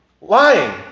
Lying